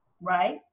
right